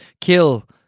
kill